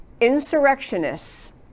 insurrectionists